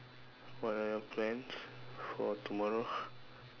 what are your plans for tomorrow